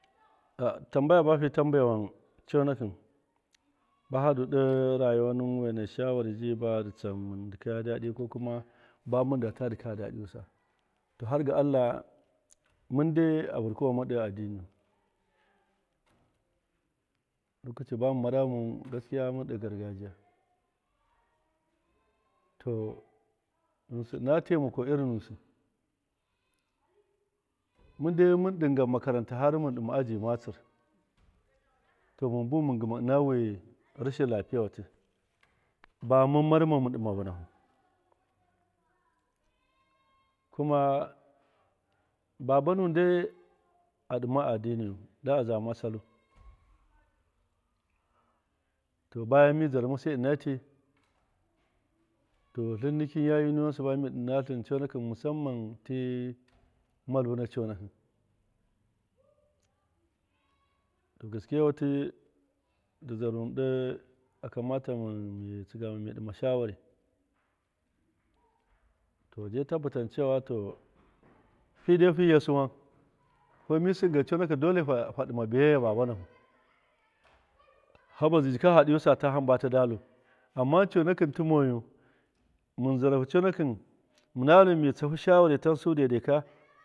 A- tamba ya ba fiya tambewan conakɨn ba hadu ɗo rayuwa nuwɨn wena shawari ji badu tsan mɨn dɨkaya daɗi ko kuma ba mɨnda ta dɨkaya daɗi wasa to har ga allah mɨn dai a vurkuwan ma ɗo addiniyu lokaci bamun mara ghamuwin gaskiya mɨn ɗo gargajiya to ghɨnsɨ ɨna taimako irin nusi mɨn dai mɨn ɗingan makaranta har mɨn ɗima aji matsir to mɨn buwin gɨma ɨna wi ranshin tlapɨye watɨ ba mɨn marma mɨn ɗima vɨnahu kuma baba nuwin dai aɗimma addiniyu don azama sallu to baya mi dzarmasai ɨna ti to tlin mi yayu niwan siba mɨn dɨ ɨna tlɨn conakɨn mɨsamman ti malvu na canakɨn to gaskewatɨ dɨ zaruwin ɗe akamata mitsiga ma mi ɗima shawari to de tabbatan cewa to fi dai fi yasuwan kuma mi singan conakɨn dole fa ɗɨma biyya babanahu hamba zai jika faɗɨyusu aghama hambu tidallu ama conakɨ tɨ moyu mɨn zarahu conakɨn mɨnalu mtsahu shawari tansu daidaika.